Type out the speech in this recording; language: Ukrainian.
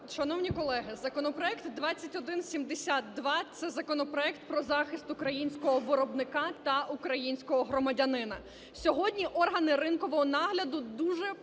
Шановні колеги, законопроект 2172 - це законопроект про захист українського виробника та українського громадянина. Сьогодні органи ринкового нагляду дуже погано